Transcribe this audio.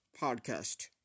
podcast